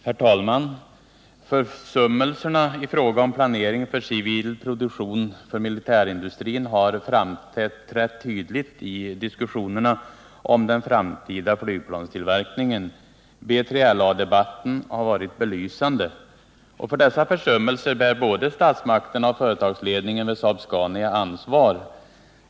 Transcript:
Herr talman! Försummelserna i fråga om planering för civil produktion för militärindustrin har framträtt tydligt i diskussionerna om den framtida flygplanstillverkningen — B3LA-debatten har i det avseendet varit belysande. För dessa försummelser bär både statsmakterna och företagsledningen vid Saab-Scania ansvar.